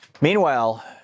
Meanwhile